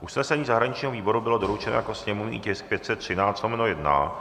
Usnesení zahraničního výboru bylo doručeno jako sněmovní tisk 513/1.